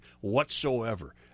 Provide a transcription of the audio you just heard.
whatsoever